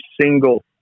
single